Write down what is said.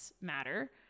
matter